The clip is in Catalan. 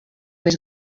més